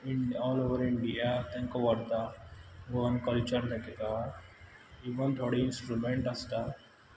all over India तेंकां व्हरता Goan culture दाखयता इवन थोडीं इनस्ट्रूमेंट्स आसता